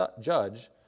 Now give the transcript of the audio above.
judge